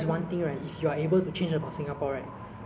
I think they can do better lah but it's just